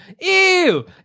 Ew